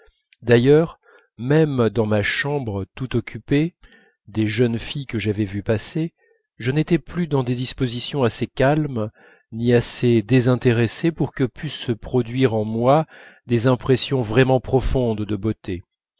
d'ailleurs même dans ma chambre tout occupé des jeunes filles que j'avais vu passer je n'étais plus dans des dispositions assez calmes ni assez désintéressées pour que pussent se produire en moi des impressions vraiment profondes de beauté